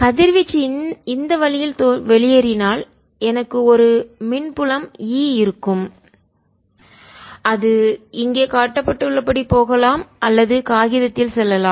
கதிர்வீச்சு இந்த வழியில் வெளியேறினால் எனக்கு ஒரு மின் புலம் E இருக்கும் அது இங்கே காட்டப்பட்டுள்ளபடி போகலாம் அல்லது காகிதத்தில் செல்லலாம்